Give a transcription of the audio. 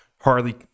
Harley